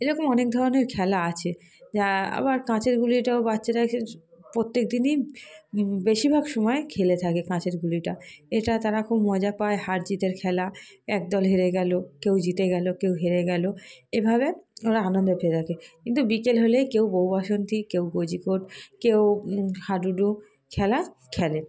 এরকম অনেক ধরনের খেলা আছে যা আবার কাঁচের গুলিটাও বাচ্চারাকে প্রত্যেকদিনই বেশিরভাগ সময় খেলে থাকে কাঁচের গুলিটা এটা তারা খুব মজা পায় হার জিতের খেলা একদল হেরে গেলো কেউ জিতে গেলো কেউ হেরে গেলো এভাবে তারা পেয়ে থাকে কিন্তু বিকেল হলেই কেউ বউ বাসন্তি কেউ কেউ হাডুডু খেলা খেলে